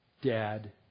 dad